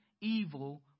evil